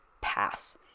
path